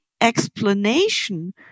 explanation